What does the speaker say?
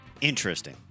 Interesting